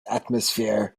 atmosphere